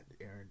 aaron